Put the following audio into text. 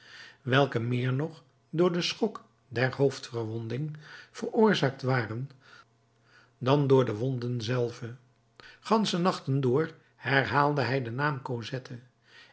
welke meer nog door den schok der hoofdverwonding veroorzaakt waren dan door de wonden zelve gansche nachten door herhaalde hij den naam